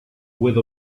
with